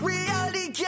Reality